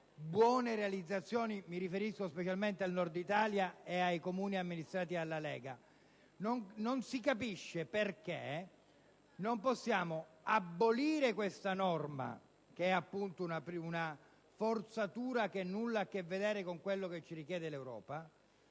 di servizio: mi riferisco specialmente al Nord Italia ed ai Comuni amministrati dalla Lega. Non si capisce perché non possiamo abolire questa norma, che è appunto una forzatura che nulla ha a che vedere con quello che ci richiede l'Europa,